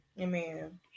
Amen